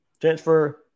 transfer